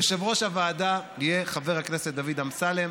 יושב-ראש הוועדה יהיה חבר הכנסת דוד אמסלם.